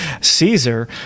Caesar